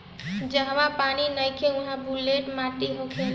जहवा पानी नइखे उहा बलुई माटी होखेला